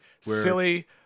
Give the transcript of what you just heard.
silly